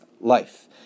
life